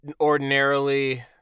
ordinarily